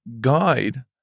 guide